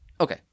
Okay